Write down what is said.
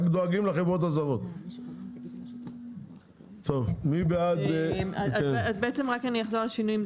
אני אחזור על השינויים.